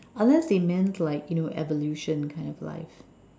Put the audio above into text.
unless they meant like you know evolution kind of life